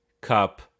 cup